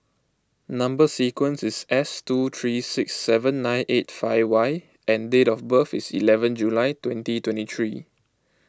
Number Sequence is S two three six seven nine eight five Y and date of birth is eleven July twenty twenty three